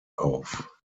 auf